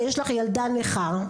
יש לך ילדה נכה.